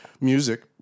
music